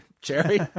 jerry